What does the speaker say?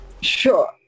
Sure